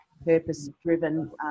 purpose-driven